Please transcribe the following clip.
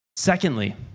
Secondly